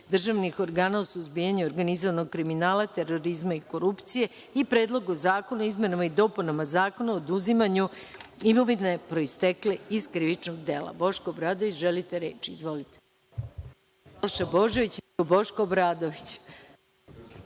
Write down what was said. državnih organa u suzbijanju organizovanog kriminala, terorizma i korupcije i Predlogu zakona o izmenama i dopunama Zakona o oduzimanju imovine proistekle iz krivičnog dela. Boško Obradović, želite reč? Izvolite. **Boško Obradović**